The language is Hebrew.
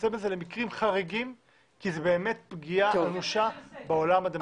לצמצם את זה למקרים חריגים כי זאת באמת פגיעה אנושה בעולם הדמוקרטי.